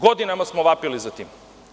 Godinama smo vapili za tim.